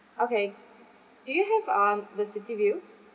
okay do you have um the city view